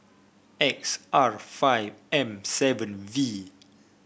X R five M seven V